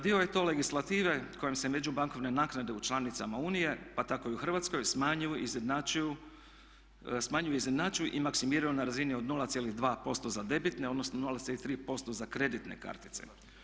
Dio je to legislative kojom se međubankovne naknade u članicama Unije pa tako i u Hrvatskoj smanjuju, izjednačuju i maksimiziraju na razini od 0,2% za debitne, odnosno 0,3% za kreditne kartice.